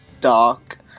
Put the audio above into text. dark